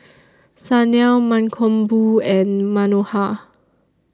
Sanal Mankombu and Manohar